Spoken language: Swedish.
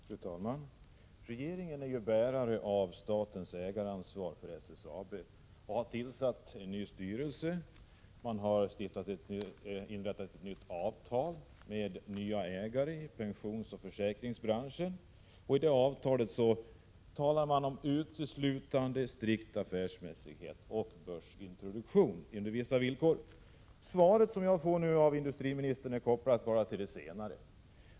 Fru talman! Regeringen är ju bärare av statens ägaransvar för SSAB och har tillsatt en ny styrelse och upprättat ett nytt avtal med nya ägare i pensionsoch försäkringsbranschen. I detta avtal talar man uteslutande om strikt affärsmässighet och börsintroduktion under vissa villkor. Det svar som jag har fått av industriministern är kopplat endast till det senare.